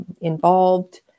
involved